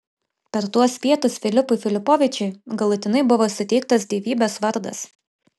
per tuos pietus filipui filipovičiui galutinai buvo suteiktas dievybės vardas